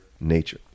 nature